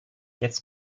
jetzt